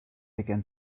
began